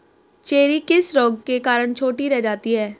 Cherry किस रोग के कारण छोटी रह जाती है?